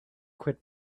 quit